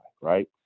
right